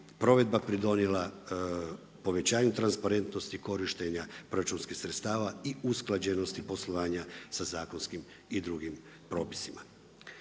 provedba pridonijela povećanju transparentnosti korištenja proračunskih sredstava i usklađenosti poslovanja sa zakonskim i drugim propisima.